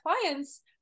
clients